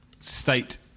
State